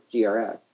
GRS